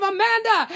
Amanda